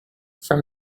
from